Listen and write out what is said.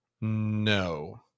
no